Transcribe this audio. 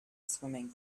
swimming